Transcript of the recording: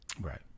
Right